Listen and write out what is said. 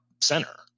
center